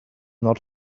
not